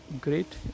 Great